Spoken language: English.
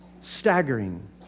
staggering